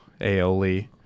aioli